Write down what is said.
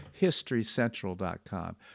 historycentral.com